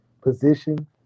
position